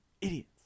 Idiots